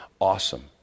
awesome